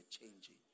changing